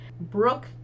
brooke